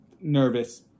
nervous